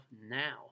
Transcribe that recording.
now